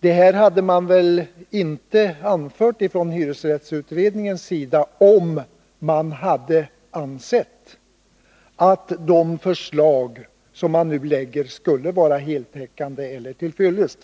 Det hade väl hyresrättsföreningen inte anfört, om man hade ansett att de förslag som man nu lägger fram skulle vara heltäckande eller till fyllest.